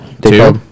Two